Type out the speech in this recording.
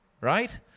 right